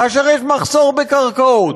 כאשר יש מחסור בקרקעות,